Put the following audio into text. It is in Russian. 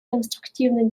конструктивный